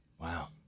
Wow